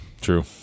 True